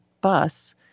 bus